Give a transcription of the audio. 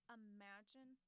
imagine